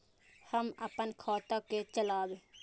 हम अपन खाता के चलाब?